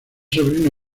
sobrino